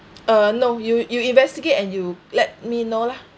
uh no you you investigate and you let me know lah